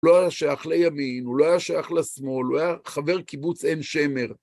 הוא לא היה שייך לימין, הוא לא היה שייך לשמאל, הוא היה חבר קיבוץ אין שמר.